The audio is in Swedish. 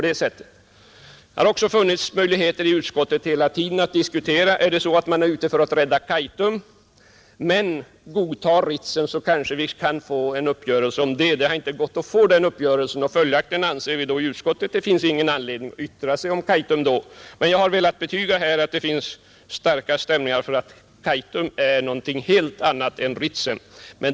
Det har hela tiden i utskottet funnits möjligheter att diskutera dessa frågor. Om man är ute för att rädda Kaitum men godtar Ritsem kanske vi kunnat få en uppgörelse om det. Någon sådan uppgörelse har emellertid inte gått att få och följaktligen anser vi inom utskottet att det inte finns någon anledning att yttra sig om Kaitum. Jag har här velat betyga att det finns starka stämningar för att betrakta Kaitum som något helt annat än Ritsem.